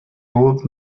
old